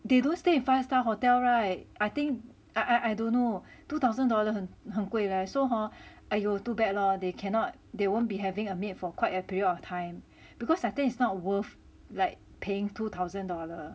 they don't stay in five star hotel [right] I think I I don't know two thousand dollar 很很贵 leh so hor !aiyo! too bad lor they cannot they won't be having a maid for quite a period of time because I think it's not worth like paying two thousand dollar